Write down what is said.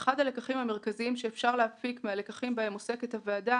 אחד הלקחים המרכזיים שאפשר להפיק מהלקחים בהם עוסקת הוועדה